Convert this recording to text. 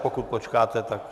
Pokud počkáte, tak...